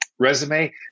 resume